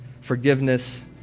forgiveness